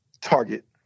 target